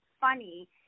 funny